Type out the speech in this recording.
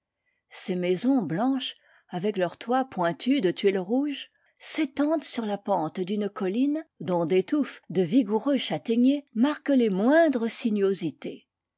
ses maisons blanches avec leurs toits pointus de tuiles rouges s'étendent sur la pente d'une colline dont des touffes de vigoureux châtaigniers marquent les moindres sinuosités